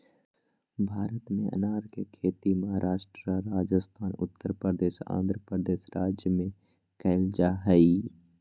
भारत में अनार के खेती महाराष्ट्र, राजस्थान, उत्तरप्रदेश, आंध्रप्रदेश राज्य में कैल जा हई